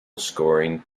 scoring